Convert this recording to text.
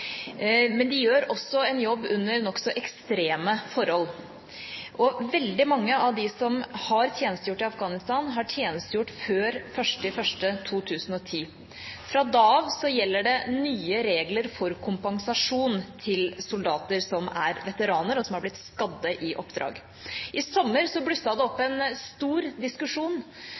Men de gjør også en jobb under nokså ekstreme forhold. Veldig mange av dem som har tjenestegjort i Afghanistan, har tjenestegjort der før 1. januar 2010. Fra da av gjelder det nye regler for kompensasjon til soldater som er veteraner, og som er blitt skadd i oppdrag. I sommer blusset det opp en stor diskusjon